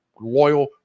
loyal